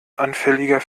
anfälliger